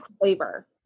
flavor